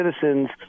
citizens